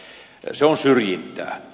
se on syrjintää